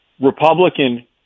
Republican